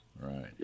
Right